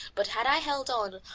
but had i held on,